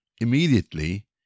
Immediately